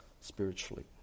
spiritually